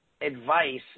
Advice